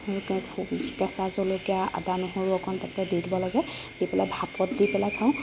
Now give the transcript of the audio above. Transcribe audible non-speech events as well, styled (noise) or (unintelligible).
(unintelligible) কেঁচা জলকীয়া আদা নহৰু অকণ তাতে দি দিব লাগে দি পেলাই ভাতত দি পেলাই খাওঁ